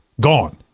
Gone